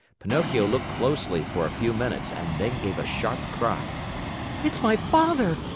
pinocchio looked closely for a few minutes and then gave a sharp cry it's my father!